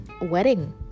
wedding